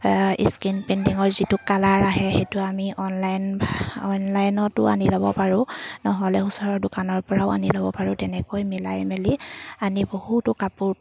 screen পেইণ্টিঙৰ যিটো colour আহে সেইটো আমি অনলাইন অনলাইনতো আনি ল'ব পাৰোঁ নহ'লে ওচৰৰ দোকানৰ পৰাও আনি ল'ব পাৰোঁ তেনেকৈ মিলাই মেলি আনি বহুতো কাপোৰ